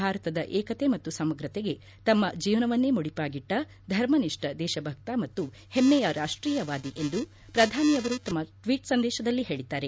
ಭಾರತದ ಏಕತೆ ಮತ್ತು ಸಮಗ್ರತೆಗೆ ತಮ್ಮ ಜೀವನವನ್ನೇ ಮುಡಿಪಾಗಿಟ್ಟ ಧರ್ಮನಿಷ್ಠ ದೇಶಭಕ್ತ ಮತ್ತು ಹೆಮ್ನೆಯ ರಾಷ್ಲೀಯವಾದಿ ಎಂದು ಪ್ರಧಾನಿಯವರು ತಮ್ನ ಟ್ವೀಟ್ ಸಂದೇಶದಲ್ಲಿ ಹೇಳಿದ್ದಾರೆ